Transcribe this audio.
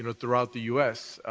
and throughout the u s.